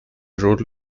rule